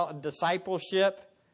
discipleship